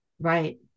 Right